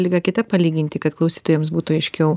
liga kita palyginti kad klausytojams būtų aiškiau